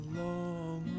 long